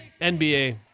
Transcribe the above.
NBA